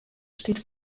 steht